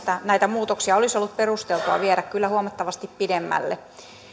näitä muutoksia olisi ollut perusteltua viedä kyllä huomattavasti pidemmälle